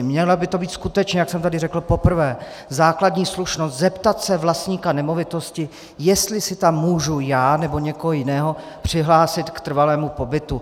Měla by to být skutečně, jak jsem tady řekl poprvé, základní slušnost zeptat se vlastníka nemovitosti, jestli si tam můžu já nebo někoho jiného přihlásit k trvalému pobytu.